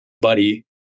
buddy